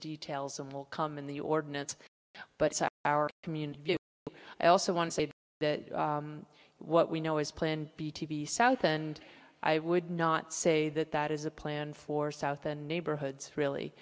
details and will come in the ordinance but our community but i also want to say that what we know is plan b t v south and i would not say that that is a plan for south and neighborhoods really